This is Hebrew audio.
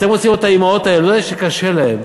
אתם רוצים לראות את האימהות האלה שקשה להן,